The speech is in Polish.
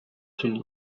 czyli